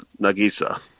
Nagisa